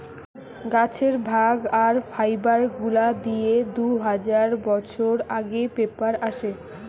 গাছের ভাগ আর ফাইবার গুলা দিয়ে দু হাজার বছর আগে পেপার আসে